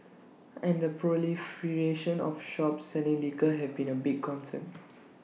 and the proliferation of shops selling liquor have been A big concern